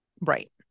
Right